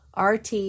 rt